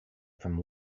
from